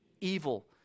Evil